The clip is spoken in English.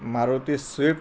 Maruti swift